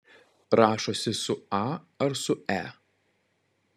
rašosi su a ar su e